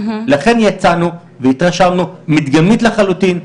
לכן יצאנו והתרשמנו, מדגמית לחלוטין.